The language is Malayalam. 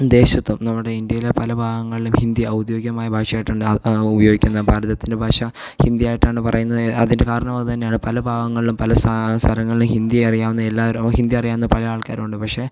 ദേശത്തും നമ്മുടെ ഇന്ത്യയിലെ പല ഭാഗങ്ങളിലും ഹിന്ദി ഔദ്യോഗികമായ ഭാഷ ആയിട്ടുണ്ട് അത് ഉപയോഗിക്കുന്ന ഭാരതത്തിൻ്റെ ഭാഷ ഹിന്ദി ആയിട്ടാണ് പറയുന്നത് അതിൻ്റെ കാരണവും അതുതന്നെയാണ് പല ഭാഗങ്ങളിലും പല സാ സ്ഥലങ്ങളിലും ഹിന്ദി അറിയാവുന്ന എല്ലാവരും ഹിന്ദി അറിയാവുന്ന പല ആൾക്കാരും ഉണ്ട് പക്ഷേ